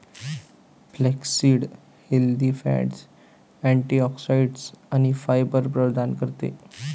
flaxseed healthy fats, antioxidants आणि fibre प्रदान करते